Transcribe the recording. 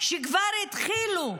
שכבר התחילו,